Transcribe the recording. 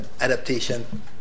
adaptation